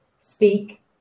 speak